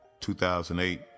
2008